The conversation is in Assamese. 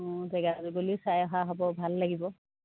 অঁ জেগা জুগুলিও চাই অহা হ'ব ভাল লাগিব